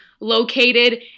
located